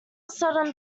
seldom